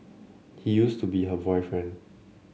he used to be her boyfriend